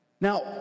Now